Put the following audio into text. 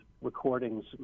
recordings